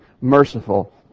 merciful